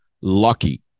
lucky